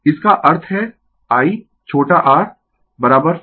इसका अर्थ है I छोटा आर 55